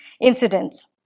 incidents